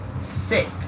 sick